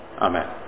amen